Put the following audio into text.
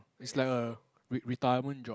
is like a re~ retirement job